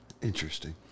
Interesting